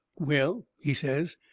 well, he says,